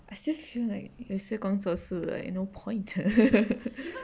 I still like 有些工作是 like no point